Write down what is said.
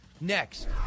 Next